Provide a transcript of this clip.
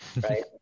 right